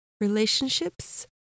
Relationships